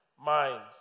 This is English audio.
mind